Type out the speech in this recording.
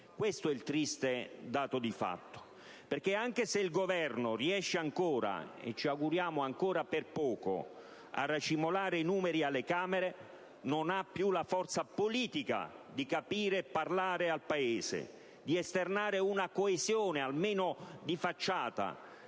Questo è il triste dato di fatto! Anche se il Governo riesce ancora - e ci auguriamo ancora per poco - a racimolare i numeri alle Camere, non ha più la forza politica di capire e parlare al Paese, di esternare una coesione almeno di facciata,